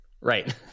Right